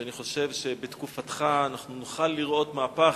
ואני חושב שבתקופתך אנחנו נוכל לראות מהפך,